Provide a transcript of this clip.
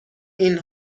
این